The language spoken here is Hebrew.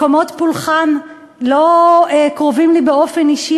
מקומות פולחן לא קרובים אלי באופן אישי,